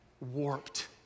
warped